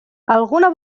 alguna